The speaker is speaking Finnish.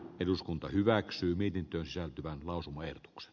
eduskunta hyväksyy miten työ säätyvän lausumaehdotukset